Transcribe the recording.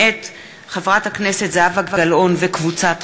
מאת חברי הכנסת זהבה גלאון, אילן